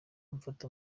mfata